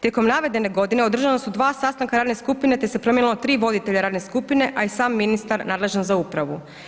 Tijekom navedene godine održana su dva sastanka radne skupine te se promijenilo tri voditelja radne skupine a i sam ministar nadležan za upravu.